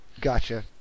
Gotcha